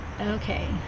Okay